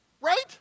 Right